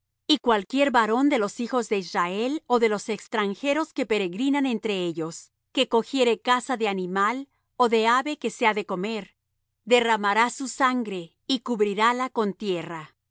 y cualquier varón de los hijos de israel ó de los extranjeros que peregrinan entre ellos que cogiere caza de animal ó de ave que sea de comer derramará su sangre y cubrirála con